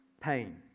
pain